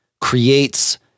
creates